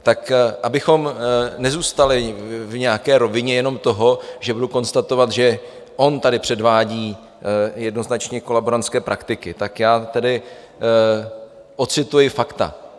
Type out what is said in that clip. Tak abychom nezůstali v nějaké rovině jenom toho, že budu konstatovat, že on tady předvádí jednoznačně kolaborantské praktiky, tak já tedy odcituji fakta.